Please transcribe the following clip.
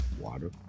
water